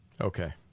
Okay